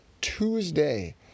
Tuesday